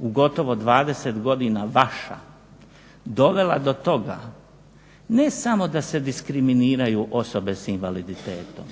u gotovo 20 godina vaša dovela do toga ne samo da se diskriminiraju osobe s invaliditetom,